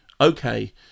okay